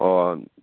ꯑꯣ